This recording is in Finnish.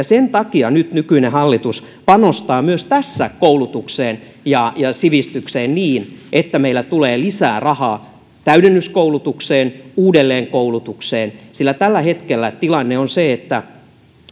sen takia nyt nykyinen hallitus panostaa myös tässä koulutukseen ja ja sivistykseen niin että meillä tulee lisää rahaa täydennyskoulutukseen uudelleenkoulutukseen sillä tällä hetkellä tilanne on se että